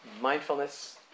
mindfulness